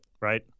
Right